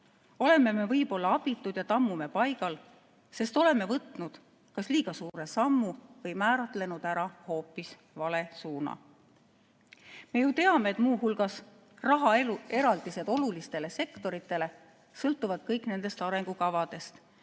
oleme me võib-olla abitud ja tammume paigal, sest oleme võtnud kas liiga suure sammu või määratlenud ära hoopis vale suuna. Me ju teame, et muu hulgas rahaeraldised olulistele sektoritele sõltuvad kõik nendest arengukavadest.